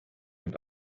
und